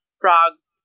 frogs